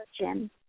question